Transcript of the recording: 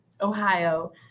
Ohio